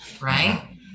right